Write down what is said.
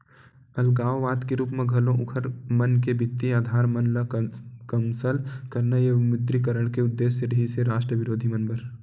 अलगाववाद के रुप म घलो उँखर मन के बित्तीय अधार मन ल कमसल करना ये विमुद्रीकरन के उद्देश्य रिहिस हे रास्ट बिरोधी मन बर